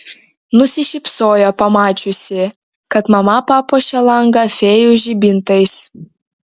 nusišypsojo pamačiusi kad mama papuošė langą fėjų žibintais